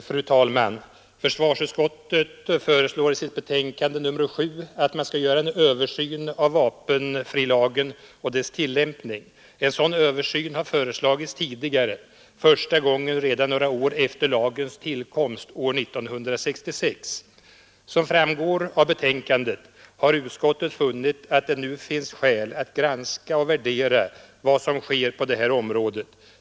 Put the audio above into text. Fru talman! Försvarsutskottet föreslår i sitt betänkande nr 7 att man skall göra en översyn av vapenfrilagen och dess tillämpning. En sådan översyn har föreslagits tidigare, första gången redan några år efter lagens tillkomst år 1966. Som framgår av betänkandet har utskottet funnit att det nu finns skäl att granska och värdera vad som sker på det här området.